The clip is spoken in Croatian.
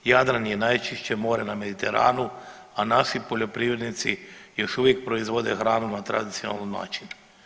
Jadran je najčišće more na Mediteranu, a naši poljoprivrednici još uvijek proizvode hranu na tradicionalan način.